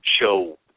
show